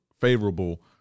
favorable